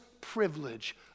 privilege